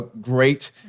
great